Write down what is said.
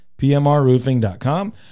PMRRoofing.com